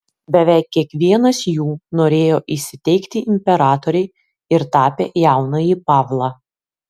beveik kiekvienas jų norėjo įsiteikti imperatorei ir tapė jaunąjį pavlą